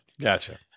Gotcha